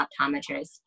optometrists